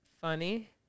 Funny